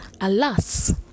alas